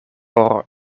por